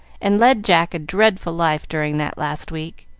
and led jack a dreadful life during that last week.